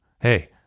Hey